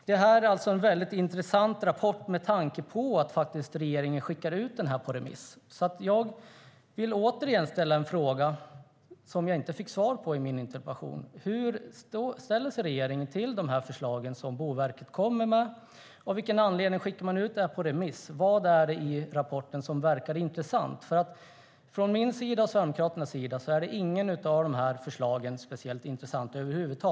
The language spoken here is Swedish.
Detta är en intressant rapport med tanke på att regeringen har skickat ut den på remiss. Jag vill återigen ställa några frågor som jag inte fick svar på i min interpellation: Hur ställer sig regeringen till de förslag som Boverket kommer med? Av vilken anledning skickar man ut detta på remiss? Vad är det i rapporten som verkar intressant? Från min och Sverigedemokraternas sida sett är inget av dessa förslag speciellt intressant över huvud taget.